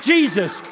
Jesus